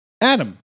Adam